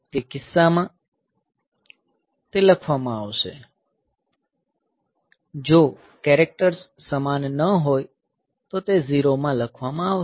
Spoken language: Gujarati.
તે કિસ્સા માં તે લખવામાં આવશે જો કેરેક્ટર્સ સમાન ન હોય તો તે 0 માં લખવામાં આવશે